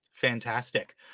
fantastic